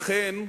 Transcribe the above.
לכן,